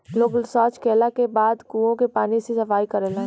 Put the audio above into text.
लोग सॉच कैला के बाद कुओं के पानी से सफाई करेलन